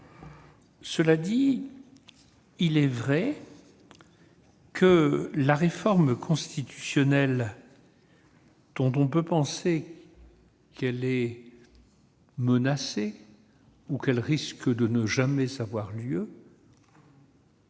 Bas. Il est vrai que la réforme constitutionnelle, dont on peut penser qu'elle est menacée ou risque de ne jamais avoir lieu,